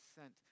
sent